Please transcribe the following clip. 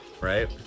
Right